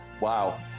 Wow